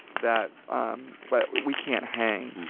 that um like we can't hang.